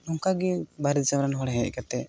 ᱱᱚᱝᱠᱟ ᱜᱮ ᱵᱟᱦᱨᱮ ᱫᱤᱥᱚᱢ ᱨᱮᱱ ᱦᱚᱲ ᱦᱮᱡ ᱠᱟᱛᱮᱫ